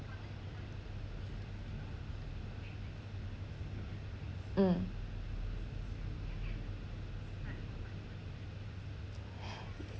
mm